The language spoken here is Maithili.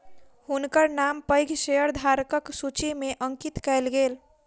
हुनकर नाम पैघ शेयरधारकक सूचि में अंकित कयल गेल